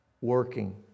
working